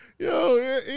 Yo